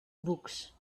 books